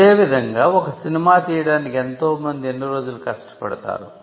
ఇదే విధంగా ఒక సినిమా తీయడానికి ఎంతోమంది ఎన్నో రోజుల కష్టపడతారు